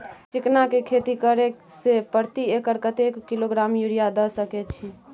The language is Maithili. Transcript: चिकना के खेती करे से प्रति एकर कतेक किलोग्राम यूरिया द सके छी?